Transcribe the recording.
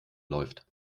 läuft